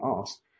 asked